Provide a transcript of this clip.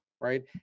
Right